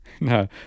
no